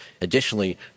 Additionally